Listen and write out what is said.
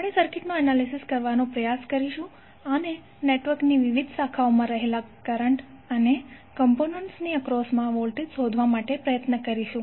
આપણે સર્કિટનું એનાલિસિસ કરવાનો પ્રયાસ કરીશું અને નેટવર્કની વિવિધ શાખાઓમાં રહેલા કરંટ અને કોમ્પોનેન્ટ્સ ની એક્રોસમા વોલ્ટેજ શોધવા માટે પ્રયત્ન કરીશું